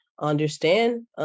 understand